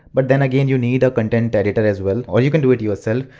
but then again you need a content editor as well. or you can do it yourself,